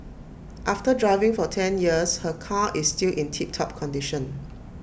after driving for ten years her car is still in tip top condition